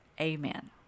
Amen